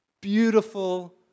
beautiful